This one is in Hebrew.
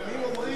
לפעמים אומרים,